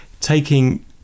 taking